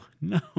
No